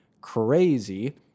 Crazy